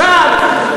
עכשיו,